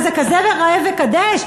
מה, זה כזה ראה וקדש?